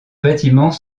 bâtiments